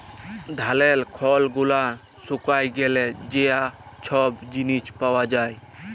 ধালের খড় গুলান শুকায় গ্যালে যা ছব জিলিস পাওয়া যায়